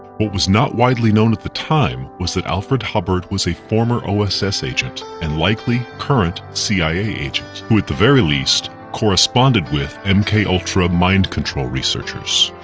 what was not widely known at the time was that alfred hubbard was a former oss agent, and likely current cia agent, who at the very least, corresponded with and mk-ultra mind control researchers.